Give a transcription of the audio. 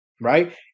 right